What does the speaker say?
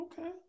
Okay